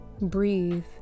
breathe